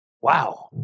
Wow